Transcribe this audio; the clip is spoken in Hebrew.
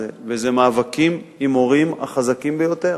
וזה מאבקים עם ההורים החזקים ביותר.